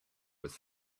with